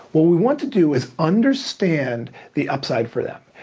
what we want to do is understand the upside for them.